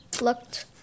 looked